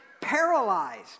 paralyzed